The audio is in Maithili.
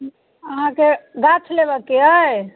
आहाँकेँ गाछ लेबऽक अइ